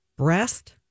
Breast